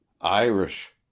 Irish